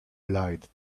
lied